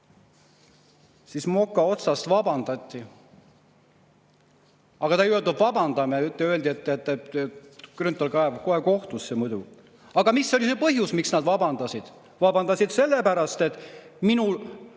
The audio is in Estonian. Siis moka otsast vabandati, aga ei öeldud, et vabandame, öeldi, et Grünthal kaebab kohe kohtusse muidu. Aga mis oli see põhjus, miks nad vabandasid? Vabandasid sellepärast, et minu